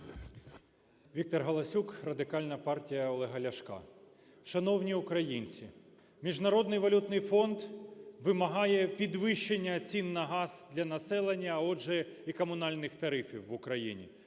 ВікторГаласюк, Радикальна партія Олега Ляшка. Шановні українці, Міжнародний валютний фонд вимагає підвищення цін на газ для населення, а отже і комунальних тарифів в Україні.